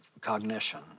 cognition